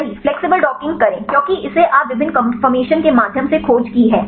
सही flexible docking करें क्योंकि इसे आपने विभिन्न कन्फर्मेशन के माध्यम से खोज की है